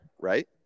right